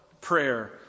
prayer